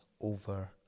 over